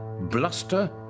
Bluster